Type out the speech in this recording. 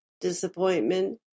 disappointment